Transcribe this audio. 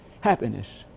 happiness